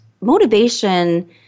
motivation